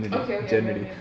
okay okay okay okay